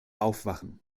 aufwachen